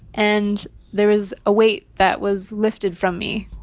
and there is a weight that was lifted from me,